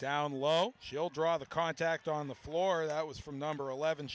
down low she'll drop the contact on the floor that was from number eleven